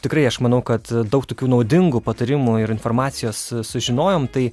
tikrai aš manau kad daug tokių naudingų patarimų ir informacijos sužinojom tai